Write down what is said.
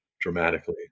dramatically